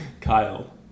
Kyle